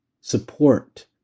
support